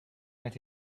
made